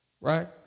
Right